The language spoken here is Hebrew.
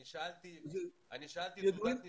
אני שאלתי לגבי תעודת נישואים,